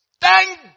Thank